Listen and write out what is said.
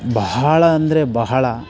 ಬಹಳ ಅಂದರೆ ಬಹಳ